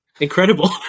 Incredible